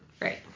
right